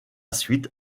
suite